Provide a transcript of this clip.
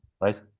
right